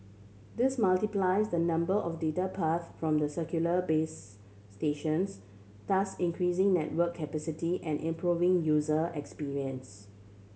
this multiplies the number of data paths from the cellular base stations thus increasing network capacity and improving user experience